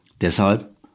Deshalb